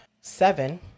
seven